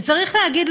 וצריך להגיד,